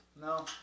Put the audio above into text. no